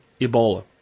Ebola